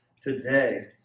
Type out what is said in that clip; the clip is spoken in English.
today